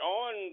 on